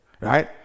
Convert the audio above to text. right